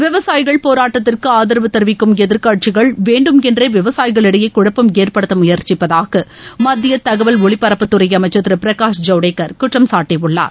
விவசாயிகள் போராட்டத்துக்கு ஆதரவு தெரிவிக்கும் எதிர்க்கட்சிகள் வேண்டுமென்றே விவசாயிகளிடையே குழப்பம் ஏற்படுத்த முயற்சிப்பதாக மத்திய தகவல் ஒலிபரப்புத்துறை அமைச்சர் திரு பிரகாஷ் ஜவடேக்கர் குற்றம் சாட்டியுள்ளார்